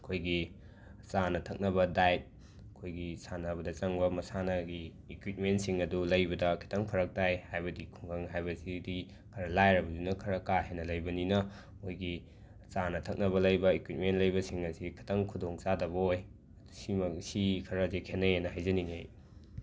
ꯑꯩꯈꯣꯏꯒꯤ ꯆꯥꯟꯅ ꯊꯛꯅꯕ ꯗꯥꯏꯠ ꯑꯩꯈꯣꯏꯒꯤ ꯁꯥꯟꯅꯕꯗ ꯆꯪꯕ ꯃꯁꯥꯟꯅꯒꯤ ꯏꯀ꯭ꯋꯤꯞꯃꯦꯟꯁꯤꯡ ꯑꯗꯨ ꯂꯩꯕꯗ ꯈꯤꯇꯪ ꯐꯔꯛ ꯇꯥꯏ ꯍꯥꯏꯕꯗꯤ ꯈꯨꯡꯒꯪ ꯍꯥꯏꯕꯁꯤꯗꯤ ꯈꯔ ꯂꯥꯏꯔꯕꯅꯤꯅ ꯈꯔ ꯀꯥ ꯍꯦꯟꯅ ꯂꯩꯕꯅꯤꯅ ꯑꯩꯈꯣꯏꯒꯤ ꯆꯥꯅ ꯊꯛꯅꯕ ꯂꯩꯕ ꯏꯀ꯭ꯋꯤꯞꯃꯦꯟ ꯂꯩꯕꯁꯤꯡ ꯑꯁꯤ ꯈꯤꯇꯪ ꯈꯨꯗꯣꯡ ꯆꯥꯗꯕ ꯑꯣꯏ ꯁꯤꯃꯛ ꯑꯁꯤ ꯈꯔꯁꯦ ꯈꯦꯠꯅꯩ ꯍꯥꯏꯅ ꯍꯥꯏꯖꯅꯤꯡꯏ ꯑꯩ